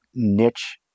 niche